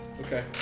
Okay